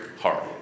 heart